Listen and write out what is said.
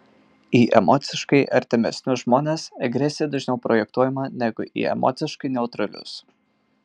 į emociškai artimesnius žmones agresija dažniau projektuojama negu į emociškai neutralius